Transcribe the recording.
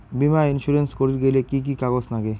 বীমা ইন্সুরেন্স করির গেইলে কি কি কাগজ নাগে?